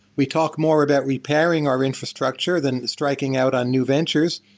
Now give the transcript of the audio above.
we talk more about repairing our infrastructure than striking out on new ventures.